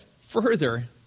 further